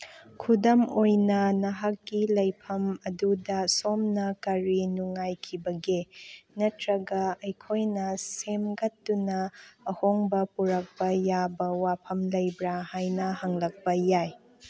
ꯈꯨꯗꯝ ꯑꯣꯏꯅ ꯅꯍꯥꯛꯀꯤ ꯂꯩꯐꯝ ꯑꯗꯨꯗ ꯁꯣꯝꯅ ꯀꯔꯤ ꯅꯨꯡꯉꯥꯏꯈꯤꯕꯒꯦ ꯅꯠꯇ꯭ꯔꯒ ꯑꯩꯈꯣꯏꯅ ꯁꯦꯝꯒꯠꯇꯨꯅ ꯑꯍꯣꯡꯕ ꯄꯨꯔꯛꯄ ꯌꯥꯕ ꯋꯥꯐꯝ ꯂꯩꯕ꯭ꯔꯥ ꯍꯥꯏꯅ ꯍꯪꯂꯛꯄ ꯌꯥꯏ